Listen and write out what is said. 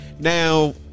Now